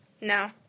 No